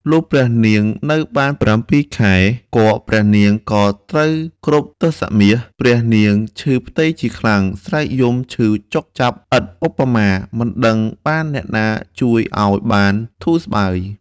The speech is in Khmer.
លុះព្រះនាងនៅបាន ៧ ខែ គភ៌ព្រះនាង ក៏ត្រូវគ្រប់ទសមាស ព្រះនាងឈឺផ្ទៃជាខ្លាំង ស្រែកយំឈឺចុកចាប់ឥតឧបមា មិនដឹងបានអ្នកណាជួយឲ្យបានធូរស្បើយ។